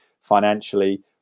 financially